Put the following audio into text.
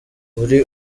uri